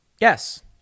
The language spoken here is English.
yes